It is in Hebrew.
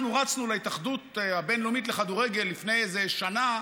אנחנו רצנו להתאחדות הבין-לאומית לכדורגל לפני איזה שנה,